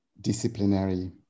disciplinary